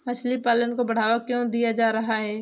मछली पालन को बढ़ावा क्यों दिया जा रहा है?